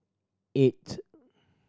eight